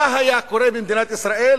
מה היה קורה במדינת ישראל